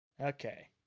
Okay